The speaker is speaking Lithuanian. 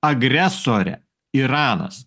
agresorę iranas